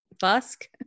busk